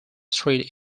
street